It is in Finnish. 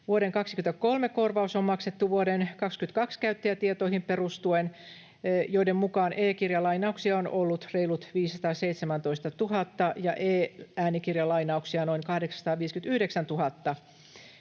Vuoden 23 korvaus on maksettu vuoden 22 käyttäjätietoihin perustuen, joiden mukaan e-kirjalainauksia on ollut reilut 517 000 ja e-äänikirjalainauksia noin 859 000